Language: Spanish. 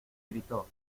gritó